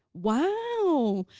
wow,